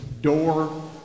door